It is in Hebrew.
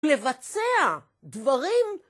לבצע דברים.